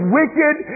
wicked